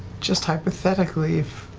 just hypothetically, if